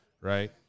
right